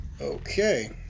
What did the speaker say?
Okay